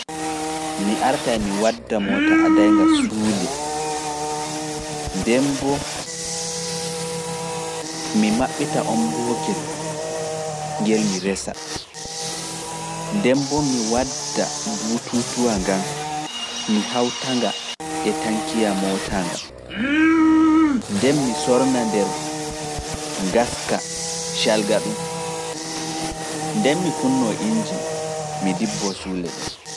Mi arta e mi wadda moota adaynga suule, nden mbo mi maɓɓita onboogel ngel mi resa, nden mbo mi wadda mbuututuwa ngan, mi hawta nga e tankiya moota ngan, nden mi sorna nder gaska calga ɗum, ndeen mi kunnoo inji, mi ndibboo suule ɗen.